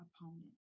opponent